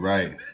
Right